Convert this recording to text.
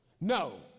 No